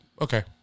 Okay